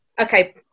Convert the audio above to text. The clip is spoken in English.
okay